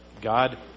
God